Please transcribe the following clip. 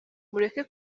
mureke